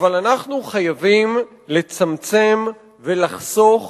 אבל אנחנו חייבים לצמצם ולחסוך